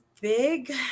big